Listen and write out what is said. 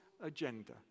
agenda